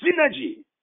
Synergy